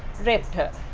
raped her.